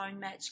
match